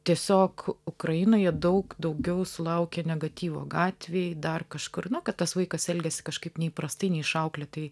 tiesiog ukrainoje daug daugiau sulaukia negatyvo gatvėj dar kažkur na kad tas vaikas elgiasi kažkaip neįprastai neišauklėtai